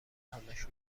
همش